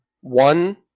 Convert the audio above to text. one